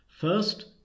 First